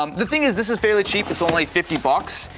um the thing is, this is fairly cheap, it's only fifty bucks.